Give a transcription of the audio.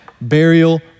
burial